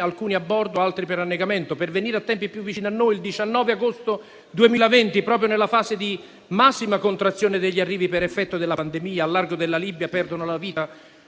alcuni a bordo, altri per annegamento. Per venire a tempi più vicini a noi, il 19 agosto 2020, proprio nella fase di massima contrazione degli arrivi per effetto della pandemia, al largo della Libia perdono la vita